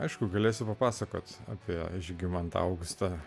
aišku galėsiu papasakoti apie žygimantą augustą